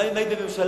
גם אם היית בממשלה,